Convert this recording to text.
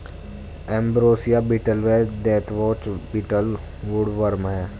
ambrosia beetle व deathwatch beetle woodworm हैं